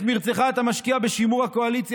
את מרצך את משקיע בשימור הקואליציה